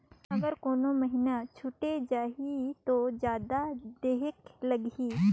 अगर कोनो महीना छुटे जाही तो जादा देहेक लगही?